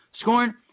scoring